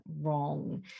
wrong